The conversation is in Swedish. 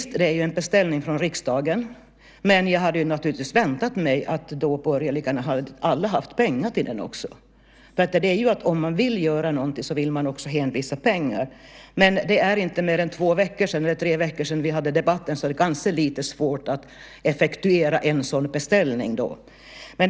Visst är det en beställning från riksdagen, men jag hade naturligtvis väntat mig att alla borgerliga partier hade haft pengar till den också. Om man vill göra något vill man också hänvisa pengar till det. Men det är inte mer än två eller tre veckor sedan vi hade debatten, så det kanske är lite svårt att effektuera en sådan beställning.